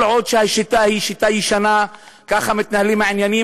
כל עוד השיטה היא שיטה ישנה וככה מתנהלים העניינים,